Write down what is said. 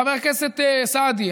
חבר הכנסת סעדי,